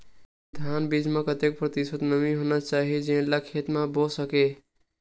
धान बीज म कतेक प्रतिशत नमी रहना चाही जेन ला खेत म बो सके?